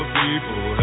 people